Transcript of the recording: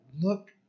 look